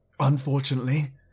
Unfortunately